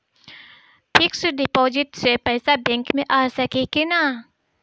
Fix deposit से पैसा bank मे आ सकी कि ना?